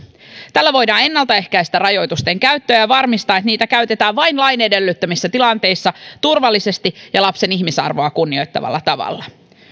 tällä voidaan ennaltaehkäistä rajoitusten käyttöä ja ja varmistaa että niitä käytetään vain lain edellyttämissä tilanteissa turvallisesti ja lapsen ihmisarvoa kunnioittavalla tavalla